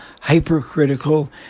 hypercritical